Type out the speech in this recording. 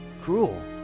Cruel